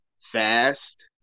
fast